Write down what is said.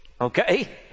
okay